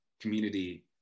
community